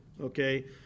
okay